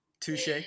Touche